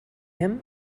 him